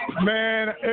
Man